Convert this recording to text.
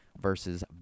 versus